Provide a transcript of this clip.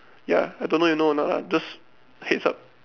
ya I don't know you know or not ah just heads up